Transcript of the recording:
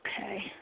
Okay